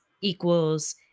equals